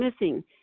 missing